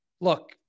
look